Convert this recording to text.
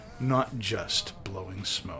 notjustblowingsmoke